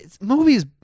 movies